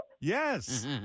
Yes